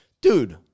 dude